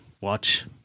watch